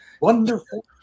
wonderful